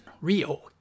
Rio